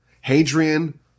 Hadrian